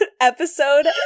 episode